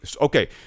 Okay